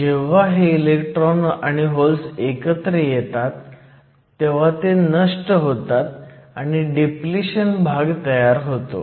जेव्हा हे इलेक्ट्रॉन आणि होल्स एकत्र येतात ते नष्ट होतात आणि डिप्लिशन भाग तयार होतो